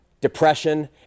depression